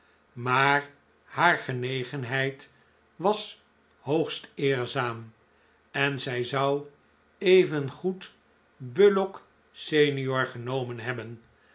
maar haar genegenheid was hoogst eerzaam en zij zou evengoed bullock sr genomen hebben